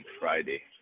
Friday